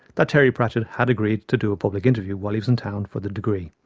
that terry pratchett had agreed to do a public interview while he was in town for the degree,